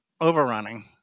overrunning